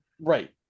right